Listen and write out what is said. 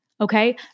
okay